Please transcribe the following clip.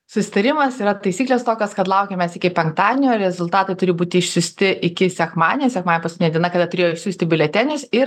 susitarimas yra taisyklės tokios kad laukiam mes iki penktadienio rezultatai turi būti išsiųsti iki sekmadienio sekmadienį paskutinė diena kada turėjo išsiųsti biuletenius ir